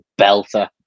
belter